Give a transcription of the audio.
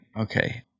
Okay